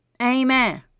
Amen